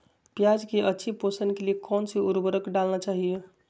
प्याज की अच्छी पोषण के लिए कौन सी उर्वरक डालना चाइए?